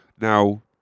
now